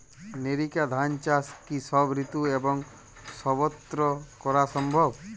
NERICA ধান চাষ কি সব ঋতু এবং সবত্র করা সম্ভব?